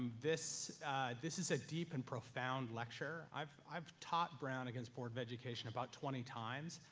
this this is a deep and profound lecture. i've i've taught brown against board of education about twenty times,